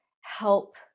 help